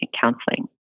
counseling